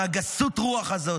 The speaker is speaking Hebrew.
מגסות הרוח הזאת.